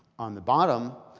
on the bottom,